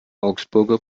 augsburger